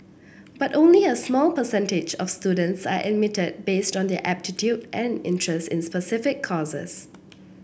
but only a small percentage of students are admitted based on their aptitude and interest in specific courses